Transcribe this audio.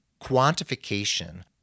quantification